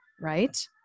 right